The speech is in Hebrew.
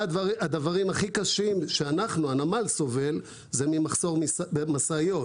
אבל אחד הדברים הכי קשים שמהם סובל הנמל זה מחסור במשאיות.